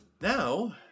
Now